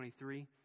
23